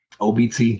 Obt